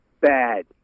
bad